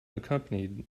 accompanied